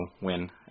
win